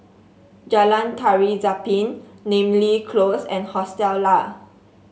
Jalan Tari Zapin Namly Close and Hostel Lah